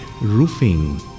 roofing